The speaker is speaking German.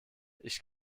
ich